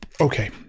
Okay